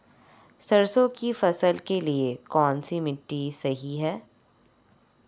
सरसों की फसल के लिए कौनसी मिट्टी सही हैं?